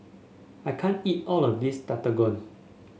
I can't eat all of this Tekkadon